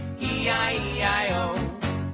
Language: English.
E-I-E-I-O